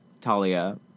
Talia